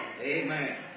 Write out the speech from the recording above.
Amen